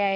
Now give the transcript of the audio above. I